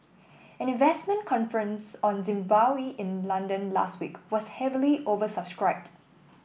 an investment conference on Zimbabwe in London last week was heavily oversubscribed